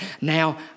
now